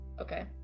Okay